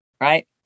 right